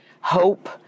hope